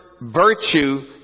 virtue